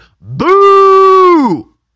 Boo